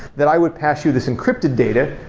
that i would pass you this encrypted data,